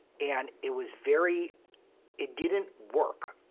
and it was very it didn't work.